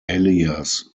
alias